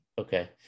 Okay